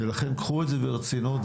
ולכן קחו את זה ברצינות,